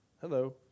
hello